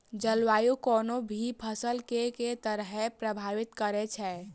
जलवायु कोनो भी फसल केँ के तरहे प्रभावित करै छै?